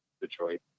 Detroit